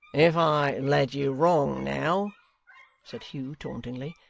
if i led you wrong now said hugh, tauntingly,